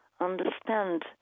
understand